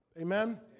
Amen